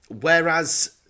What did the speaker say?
whereas